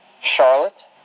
Charlotte